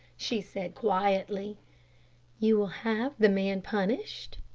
she said, quietly you will have the man punished?